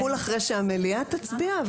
זה יחול אחרי שהמליאה תצביע.